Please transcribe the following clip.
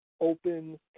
open